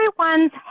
everyone's